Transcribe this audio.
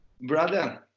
Brother